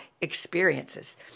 experiences